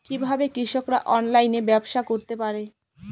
কিভাবে কৃষকরা অনলাইনে ব্যবসা করতে পারে?